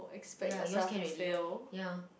ya yours can already ya